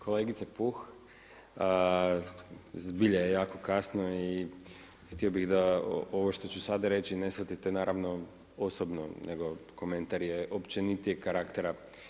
Kolegice Puh, zbilja je jako kasno i htio bi da ovo što ću sad reći ne shvatite naravno osobno nego komentar je općenitijeg karaktera.